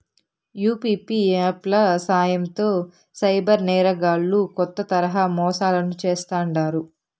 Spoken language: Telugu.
యూ.పీ.పీ యాప్ ల సాయంతో సైబర్ నేరగాల్లు కొత్త తరహా మోసాలను చేస్తాండారు